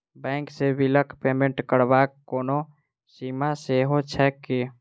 Bank सँ बिलक payment करबाक कोनो सीमा सेहो छैक की?